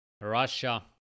Russia